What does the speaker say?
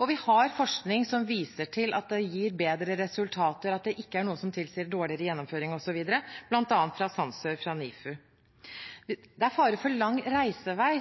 Og vi har forskning som viser til at det gir bedre resultater, og at det ikke er noe som tilsier dårligere gjennomføring osv., bl.a. fra Sandsør ved NIFU. Det er fare for lang reisevei,